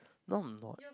no I'm not